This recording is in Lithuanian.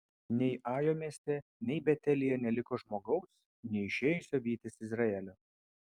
nei ajo mieste nei betelyje neliko žmogaus neišėjusio vytis izraelio